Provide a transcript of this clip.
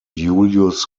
julius